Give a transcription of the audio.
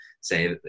say